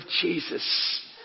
Jesus